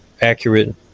accurate